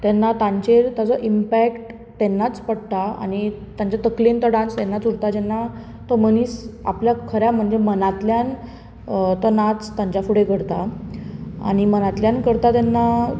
तेन्ना तांचेर ताजो इम्पेक्ट तेन्नाच पडटा आनी तांचे तकलेन तो डान्स तेन्नाच उरता जेन्ना तो मनीस आपल्या खरो म्हणजे मनांतल्यान तो नाच तांच्या फुडें करता आनी मनांतल्यान करता तेन्ना